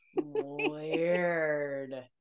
Weird